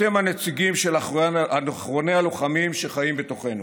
אתם הנציגים של אחרוני הלוחמים שחיים בתוכנו.